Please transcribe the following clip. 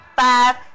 five